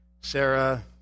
Sarah